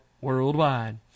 Worldwide